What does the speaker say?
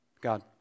god